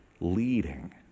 leading